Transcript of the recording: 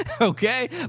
Okay